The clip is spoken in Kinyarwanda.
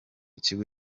kigo